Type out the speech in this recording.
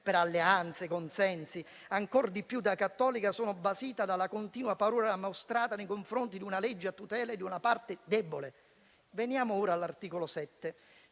«per alleanze e consensi. Ancor di più, da cattolica, sono basita dalla continua paura mostrata nei confronti di una legge a tutela di una parte debole. Veniamo ora all'articolo 7.